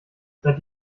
seit